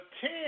ten